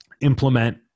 implement